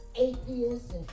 atheists